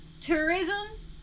tourism